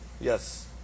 Yes